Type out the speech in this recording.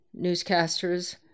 newscasters